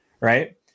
right